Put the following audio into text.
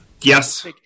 yes